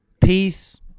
Peace